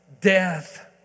death